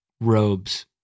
robes